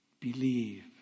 believe